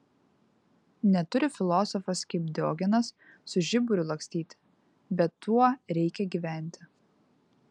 neturi filosofas kaip diogenas su žiburiu lakstyti bet tuo reikia gyventi